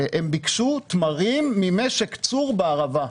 הם ביקשו תמרים ממשק צור בערבה.